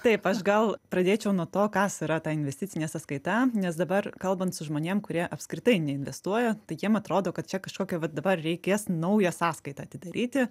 taip aš gal pradėčiau nuo to kas yra ta investicinė sąskaita nes dabar kalbant su žmonėm kurie apskritai neinvestuoja tai jiem atrodo kad čia kažkokią vat dabar reikės naują sąskaitą atidaryti